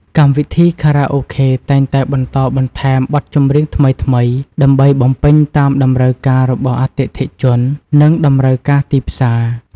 កម្មវិធីខារ៉ាអូខេតែងតែបន្តបន្ថែមបទចម្រៀងថ្មីៗ ដើម្បីបំពេញតាមតម្រូវការរបស់អតិថិជន និងតម្រូវការទីផ្សារ។